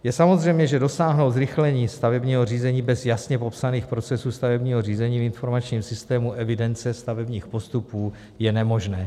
Je samozřejmé, že dosáhnout zrychlení stavebního řízení bez jasně popsaných procesů stavebního řízení v informačním systému evidence stavebních postupů je nemožné.